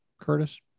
Curtis